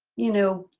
you know,